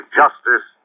justice